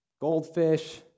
Goldfish